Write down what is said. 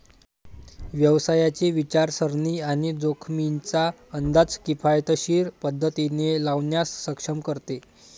व्यवसायाची विचारसरणी आणि जोखमींचा अंदाज किफायतशीर पद्धतीने लावण्यास सक्षम करते